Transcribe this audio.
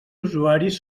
usuaris